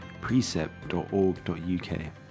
Precept.org.uk